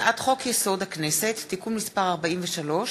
הצעת חוק-יסוד: הכנסת (תיקון מס' 43)